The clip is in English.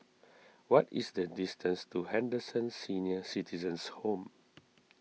what is the distance to Henderson Senior Citizens' Home